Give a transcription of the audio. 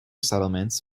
settlements